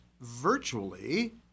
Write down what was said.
virtually